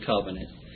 Covenant